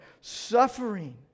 suffering